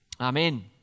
Amen